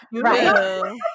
Right